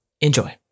Enjoy